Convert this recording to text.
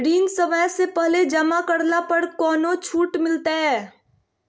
ऋण समय से पहले जमा करला पर कौनो छुट मिलतैय?